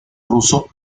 ruso